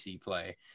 play